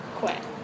quit